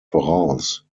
voraus